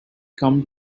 come